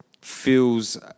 feels